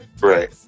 Right